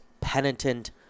penitent